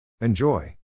Enjoy